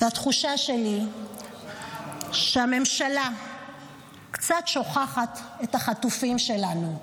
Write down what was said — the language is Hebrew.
התחושה שלי היא שהממשלה קצת שוכחת את החטופים שלנו.